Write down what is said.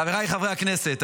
חבריי חברי הכנסת,